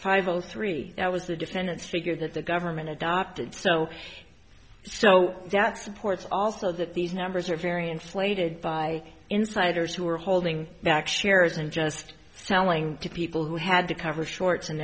five zero three that was the defendant's figure that the government adopted so so that supports also that these numbers are very inflated by insiders who are holding back shares and just selling to people who had to cover shorts and